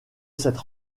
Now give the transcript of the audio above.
cette